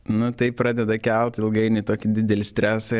nu tai pradeda kelt ilgainiui tokį didelį stresą